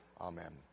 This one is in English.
Amen